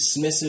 dismissive